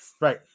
right